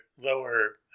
lower